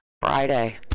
Friday